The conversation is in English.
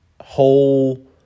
whole